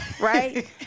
right